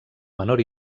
menor